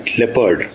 leopard